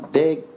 big